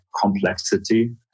complexity